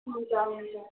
हुन्छ हुन्छ